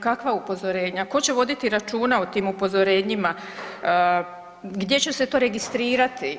Kakva upozorenja, tko će voditi računa o tim upozorenjima, gdje će se to registrirati?